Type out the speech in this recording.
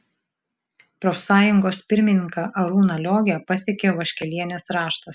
profsąjungos pirmininką arūną liogę pasiekė vaškelienės raštas